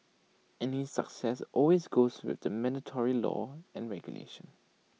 any success always goes with the mandatory law and regulation